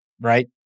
right